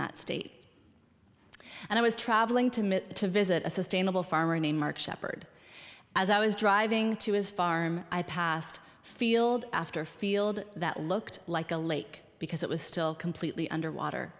that state and i was traveling to mit to visit a sustainable farmer named mark sheppard as i was driving to his farm i passed field after field that looked like a lake because it was still completely underwater